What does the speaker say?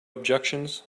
objections